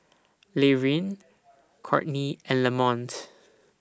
Laverne Courtney and Lamont